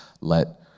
let